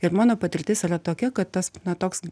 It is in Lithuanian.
ir mano patirtis yra tokia kad tas na toks